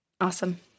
Awesome